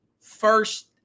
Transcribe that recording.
First